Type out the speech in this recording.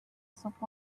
soap